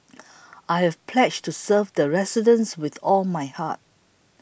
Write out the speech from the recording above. I have pledged to serve the residents with all my heart